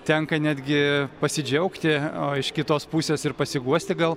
tenka netgi pasidžiaugti o iš kitos pusės ir pasiguosti gal